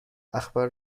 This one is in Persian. اخبار